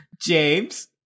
James